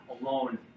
alone